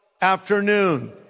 afternoon